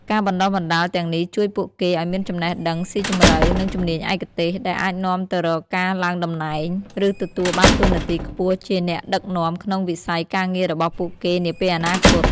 ការបណ្ដុះបណ្ដាលទាំងនេះជួយពួកគេឱ្យមានចំណេះដឹងស៊ីជម្រៅ និងជំនាញឯកទេស ដែលអាចនាំទៅរកការឡើងតំណែង ឬទទួលបានតួនាទីខ្ពស់ជាអ្នកដឹកនាំក្នុងវិស័យការងាររបស់ពួកគេនាពេលអនាគត។